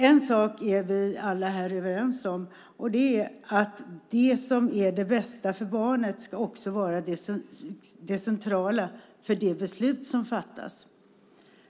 En sak är vi alla här överens om och det är att det som är det bästa för barnet också ska vara det centrala för de beslut som fattas.